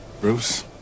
Bruce